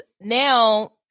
now